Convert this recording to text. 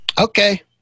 Okay